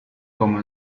como